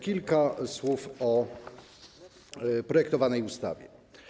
Kilka słów o projektowanej ustawie.